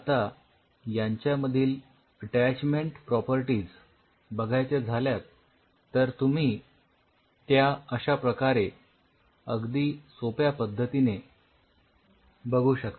आता यांच्यामधील attachment properties बघायच्या झाल्यात तर तुम्ही त्या अश्या प्रकारे अगदी सोप्या पद्धतीने बघू शकता